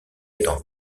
étant